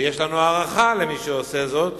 ויש לנו הערכה למי שעושה זאת,